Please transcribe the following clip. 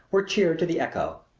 were cheered to the echo.